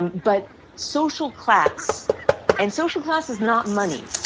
and but social class and social class is not money,